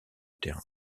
terrain